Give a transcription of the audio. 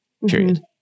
Period